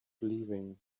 leaving